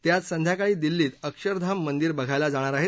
ते आज संध्याकाळी दिल्लीत अक्षरधाम मंदिर बघायला जाणार आहेत